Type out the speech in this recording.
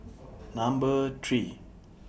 Number three